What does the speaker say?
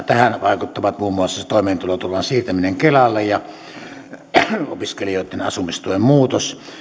tähän vaikuttavat muun muassa toimeentuloturvan siirtäminen kelalle opiskelijoitten asumistuen muutos